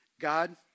God